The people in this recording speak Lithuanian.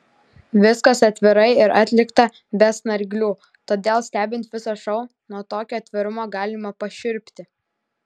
viskas atvirai ir atlikta be snarglių todėl stebint visą šou nuo tokio atvirumo galime pašiurpti